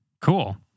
cool